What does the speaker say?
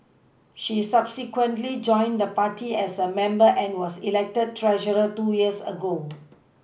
she subsequently joined the party as a member and was elected treasurer two years ago